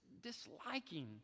disliking